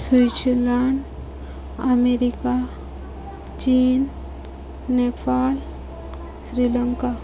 Switzerland America ଚୀନ୍ ନେପାଲ୍ ଶ୍ରୀଲଙ୍କା